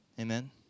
Amen